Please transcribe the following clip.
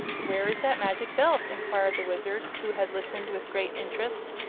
where is that magic belt? enquired the wizard, who had listened with great interest.